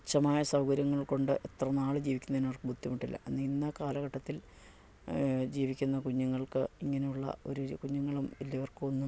തുച്ഛമായ സൗകര്യങ്ങൾ കൊണ്ട് എത്ര നാൾ ജീവിക്കുന്നതിന് അവർക്ക് ബുദ്ധിമുട്ടില്ല അന്ന് ഇന്ന കാലഘട്ടത്തിൽ ജീവിക്കുന്ന കുഞ്ഞുങ്ങൾക്ക് ഇങ്ങനെയുള്ള ഒരു ഒരു കുഞ്ഞുങ്ങളും വലിയവർക്കും ഒന്നും